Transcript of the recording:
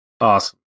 Awesome